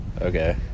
Okay